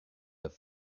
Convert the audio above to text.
have